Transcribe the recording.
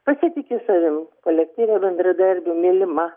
pasitiki savim kolektyve bendradarbių mylima